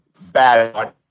bad